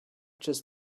just